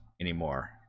anymore